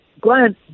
Glenn